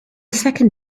second